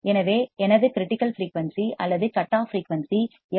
எனவே எனது critical frequency அல்லது கட் ஆஃப் ஃபிரீயூன்சி எஃப்